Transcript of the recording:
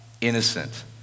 innocent